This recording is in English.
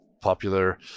popular